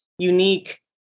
unique